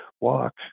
walk